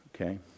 Okay